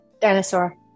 Dinosaur